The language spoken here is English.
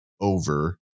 over